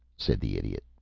said the idiot.